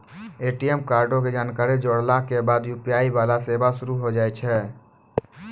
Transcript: ATM कार्डो के जानकारी जोड़ला के बाद यू.पी.आई वाला सेवा शुरू होय जाय छै